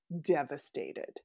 devastated